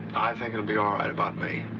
think it'll be all right about me.